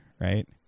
right